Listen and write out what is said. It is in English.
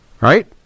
Right